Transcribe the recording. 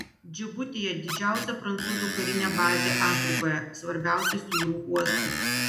džibutyje didžiausia prancūzų karinė bazė afrikoje svarbiausias jūrų uostas